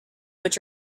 which